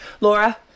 Laura